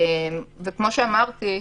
וכפי שאמרתי,